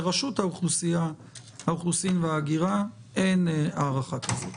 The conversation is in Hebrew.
לרשות האוכלוסין וההגירה אין הערכה כזאת.